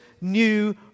new